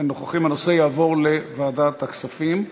הנושא יעבור לוועדת הכספים,